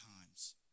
times